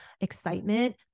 excitement